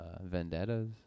vendettas